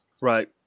Right